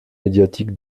médiatique